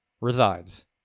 resides